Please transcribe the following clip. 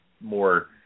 more